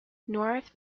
north